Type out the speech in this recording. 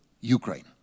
Ukraine